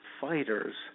fighters